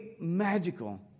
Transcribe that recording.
magical